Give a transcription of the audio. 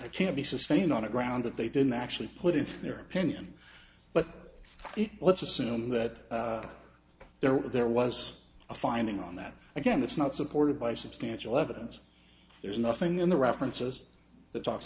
board can be sustained on the ground that they didn't actually put in their opinion but let's assume that there were there was a finding on that again it's not supported by substantial evidence there's nothing in the references that talks